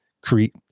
create